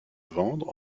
vendre